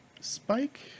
Spike